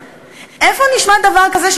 איפה נשמע דבר כזה?